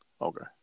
Okay